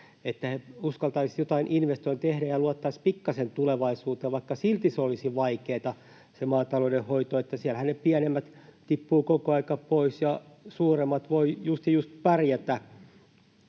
että he uskaltaisivat joitain investointeja tehdä ja luottaisivat pikkasen tulevaisuuteen. Silti olisi vaikeata se maatalouden hoito. Siellähän pienimmät tippuvat koko aika pois. Suuremmat voivat just ja just pärjätä